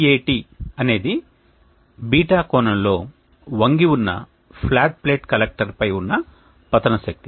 Hat అనేది β కోణంలో వంగి ఉన్న ఫ్లాట్ ప్లేట్ కలెక్టర్పై ఉన్న పతన శక్తి